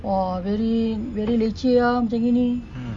orh very very leceh ah macam ini